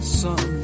sun